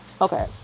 Okay